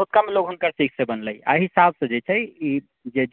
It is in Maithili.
ओ कम लोग हुनकर शिष्य बनलै एहि हिसाबसँ जे छै ई